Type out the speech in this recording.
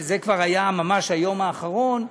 שזה כבר היה ממש היום האחרון,